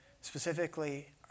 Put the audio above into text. Specifically